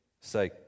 say